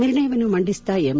ನಿರ್ಣಯವನ್ನು ಮಂಡಿಸಿದ ಎಂ